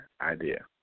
idea